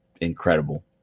incredible